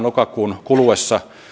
lokakuun kuluessa